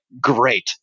great